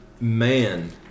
man